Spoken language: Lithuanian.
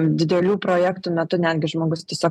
didelių projektų metu netgi žmogus tiesiog